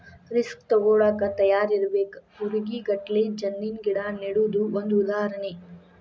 risk ತುಗೋಳಾಕ ತಯಾರ ಇರಬೇಕ, ಕೂರಿಗೆ ಗಟ್ಲೆ ಜಣ್ಣಿನ ಗಿಡಾ ನೆಡುದು ಒಂದ ಉದಾಹರಣೆ